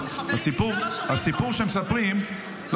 הסיפור שמספרים --- תרים את המיקרופון,